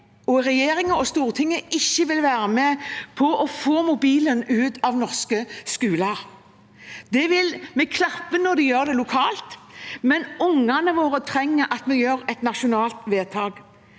regjeringen og Stortinget ikke vil være med på å få mobilen ut av norske skoler. Vi klapper når de gjør det lokalt, men ungene våre trenger at vi gjør et nasjonalt vedtak.